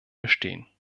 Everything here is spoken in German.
bestehen